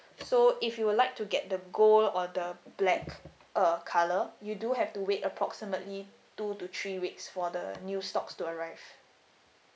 so if you would like to get the gold or the black uh colour you do have to wait approximately two to three weeks for the new stocks to arrive